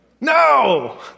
No